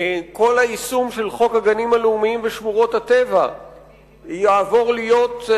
כל היישום של חוק הגנים הלאומיים ושמורות הטבע יעבור להיות,